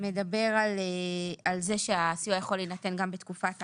מדבר על זה שהסיוע יכול להינתן גם בתקופת ההכרה,